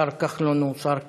השר כחלון הוא שר קשוב,